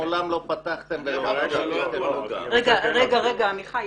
אבל אתם מעולם לא פתחתם ו --- חבר הכנסת מזרחי,